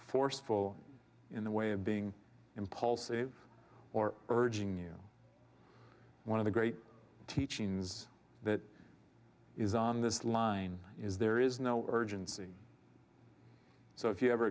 forceful in the way of being impulsive or urging you one of the great teachings that is on this line is there is no urgency so if you ever